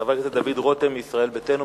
חבר הכנסת דוד רותם מישראל ביתנו,